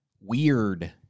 weird